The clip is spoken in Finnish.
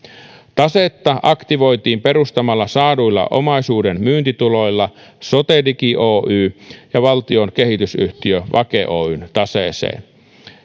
tasetta aktivoitiin perustamalla saaduilla omaisuuden myyntituloilla sotedigi oy valtion kehitysyhtiö vake oyn taseeseen